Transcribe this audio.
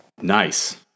Nice